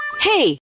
Hey